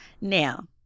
Now